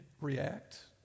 react